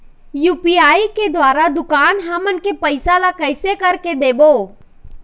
UPI के द्वारा दुकान हमन के पैसा ला कैसे कर के देबो?